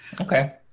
Okay